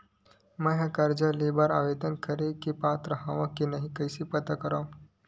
मेंहा कर्जा ले बर आवेदन करे के पात्र हव की नहीं कइसे पता करव?